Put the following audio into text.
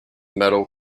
metal